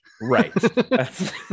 right